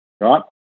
right